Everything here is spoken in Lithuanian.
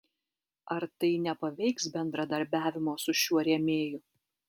ar tai nepaveiks bendradarbiavimo su šiuo rėmėju